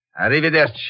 Arrivederci